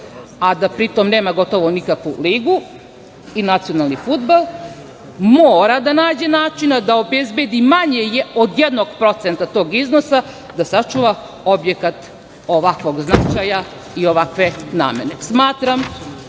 a da pritom nema gotovo nikakvu ligu i nacionalni fudbal, mora da nađe načina da obezbedi manje od 1% tog iznosa da se sačuva objekat ovakvog značaja i ovakve namene. Smatram